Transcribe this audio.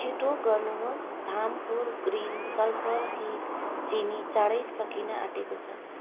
छिटो गर्नु होस् धामपुर ग्रिन सल्फरहित चिनी चाँडै सकिन आँटेको छ